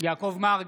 יעקב מרגי,